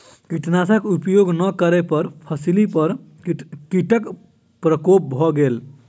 कीटनाशक उपयोग नै करै पर फसिली पर कीटक प्रकोप भ गेल